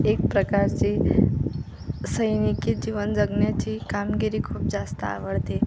एक प्रकारचे सैनिकी जीवन जगण्याची कामगिरी खूप जास्त आवडते